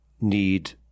need